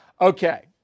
okay